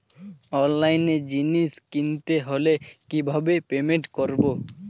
অনলাইনে জিনিস কিনতে হলে কিভাবে পেমেন্ট করবো?